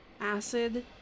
acid